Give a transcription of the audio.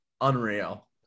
Unreal